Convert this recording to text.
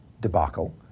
debacle